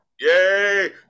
Yay